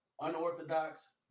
unorthodox